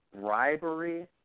bribery